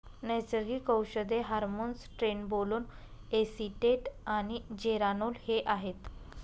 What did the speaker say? नैसर्गिक औषधे hormones trenbolone acetate आणि जेरानोल हे आहेत